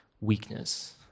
weakness